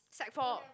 sec-four